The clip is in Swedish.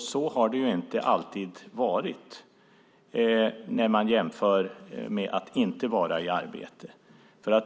Så har det ju inte alltid varit när man jämför med att inte vara i arbete.